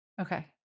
okay